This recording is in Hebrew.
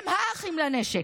הם האחים לנשק,